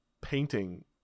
painting